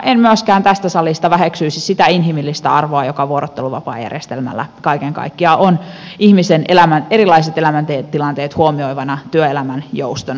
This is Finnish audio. en myöskään tästä salista väheksyisi sitä inhimillistä arvoa joka vuorotteluvapaajärjestelmällä kaiken kaikkiaan on ihmisen erilaiset elämäntilanteet huomioivana työelämän joustona